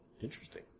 interesting